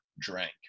drank